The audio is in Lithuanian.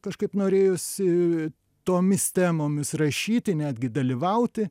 kažkaip norėjosi tomis temomis rašyti netgi dalyvauti